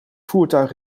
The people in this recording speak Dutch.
voertuig